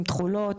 עם תכולות,